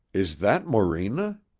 is that morena?